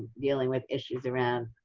dealing with issues around